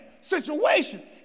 situation